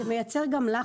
זה מייצר גם לחץ.